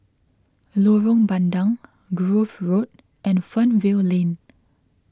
Lorong Bandang Grove Road and Fernvale Lane